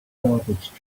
garbage